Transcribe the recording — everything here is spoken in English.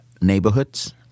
neighborhoods